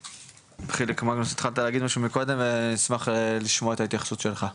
חיליק מגנוס התחלת להגיד משהו מקודם ואשמח לשמוע את ההתייחסות שלך.